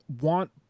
Want